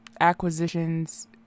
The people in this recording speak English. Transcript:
acquisitions